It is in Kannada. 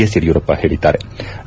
ಎಸ್ ಯಡಿಯೂರಪ್ಪ ಹೇಳದ್ಗಾರೆ